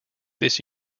this